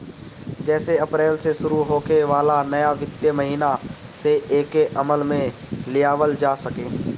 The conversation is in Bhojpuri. जेसे अप्रैल से शुरू होखे वाला नया वित्तीय महिना से एके अमल में लियावल जा सके